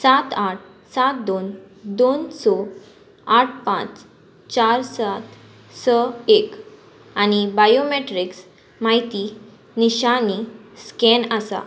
सात आठ सात दोन दोन स आठ पांच चार सात स एक आनी बायोमेट्रिक्स म्हायती निशानी स्कॅन आसा